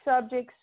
subjects